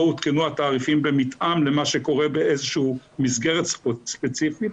עודכנו התעריפים במתאם למה שקורה באיזו שהיא מסגרת ספציפית,